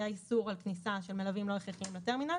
היה איסור על כניסה של מלווים לא הכרחיים לטרמינל,